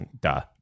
duh